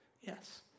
Yes